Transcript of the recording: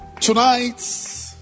Tonight